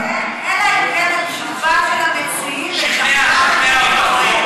אלא אם כן התשובה של המציעים משכנעת,